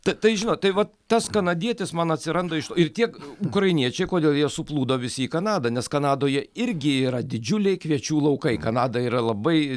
ta tai žinot tai vat tas kanadietis man atsiranda ir tiek ukrainiečiai kodėl jie suplūdo visi į kanadą nes kanadoje irgi yra didžiuliai kviečių laukai kanada yra labai